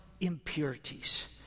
impurities